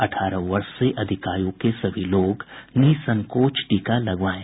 अठारह वर्ष से अधिक आयु के सभी लोग निःसंकोच टीका लगवाएं